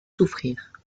souffrir